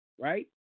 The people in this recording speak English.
right